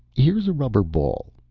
here's a rubber ball.